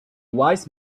wise